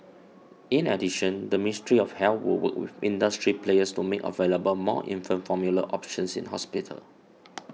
in addition the Ministry of Health will work with industry players to make available more infant formula options in hospitals